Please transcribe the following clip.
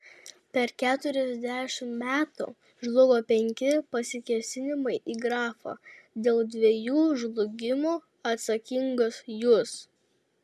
per keturiasdešimt metų žlugo penki pasikėsinimai į grafą dėl dviejų žlugimo atsakingas jūs